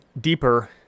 deeper